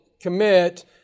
commit